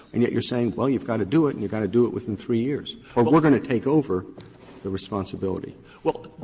and yet you're saying, well, you've got to do it and you've got to do it within three years, or but we're going to take over the responsibility. stewart well,